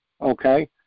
okay